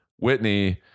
whitney